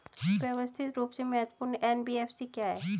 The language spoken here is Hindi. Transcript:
व्यवस्थित रूप से महत्वपूर्ण एन.बी.एफ.सी क्या हैं?